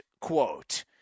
quote